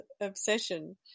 obsession